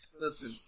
Listen